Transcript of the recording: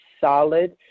solid